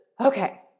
Okay